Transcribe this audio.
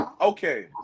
okay